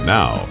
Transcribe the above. now